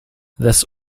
this